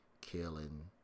killing